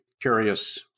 curious